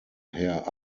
herr